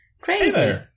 Crazy